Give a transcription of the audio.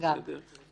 קודם כל,